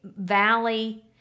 valley